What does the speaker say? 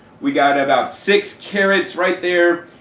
we've got about six carrots right there,